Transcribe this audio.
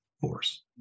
force